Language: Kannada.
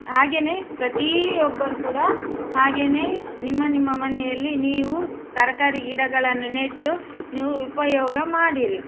ಹಾಗೆಯೇ ಪ್ರತಿಯೊಬ್ಬರು ಕೂಡ ಹಾಗೆಯೇ ನಿಮ್ಮ ನಿಮ್ಮ ಮನೆಯಲ್ಲಿ ನೀವು ತರಕಾರಿ ಗಿಡಗಳನ್ನು ನೆಟ್ಟು ನೀವು ಉಪಯೋಗ ಮಾಡಿರಿ